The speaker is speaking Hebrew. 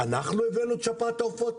אנחנו הבאנו את שפעת העופות?